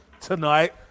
tonight